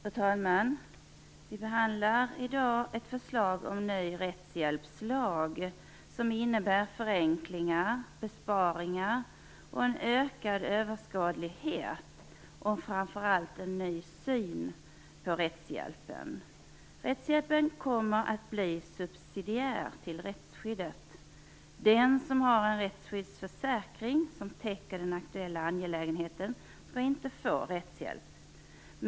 Fru talman! Vi behandlar i dag ett förslag om ny rättshjälpslag, som innebär förenklingar, besparingar och en ökad överskådlighet, och framför allt en ny syn på rättshjälpen. Rättshjälpen kommer att bli subsidiär till rättsskyddet. Den som har en rättsskyddsförsäkring som täcker den aktuella angelägenheten skall inte få rättshjälp.